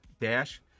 dash